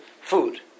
food